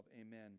amen